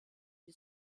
die